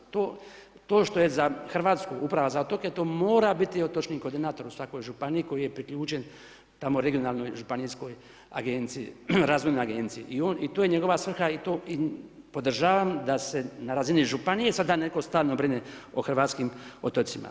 To što je za Hrvatsku, Uprava za otoke, to mora biti otočni koordinator u svakoj Županiji koji je priključen tamo Regionalnoj županijskoj razvojnoj agenciji i on, to je njegova svrha i to, podržavam da se na razini Županije sada netko stalno brine o hrvatskim otocima.